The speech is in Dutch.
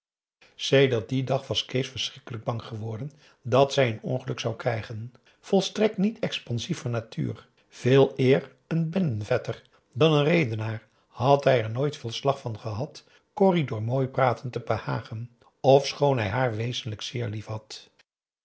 sedert dien dag was kees verschrikkelijk bang geworden dat zij een ongeluk zou krijgen volstrekt niet expansief van natuur veeleer een binnenvetter dan een redenaar had hij er nooit veel slag van gehad corrie door mooi praten te behagen ofschoon hij haar wezenlijk zeer